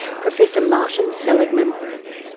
professor martin seligman.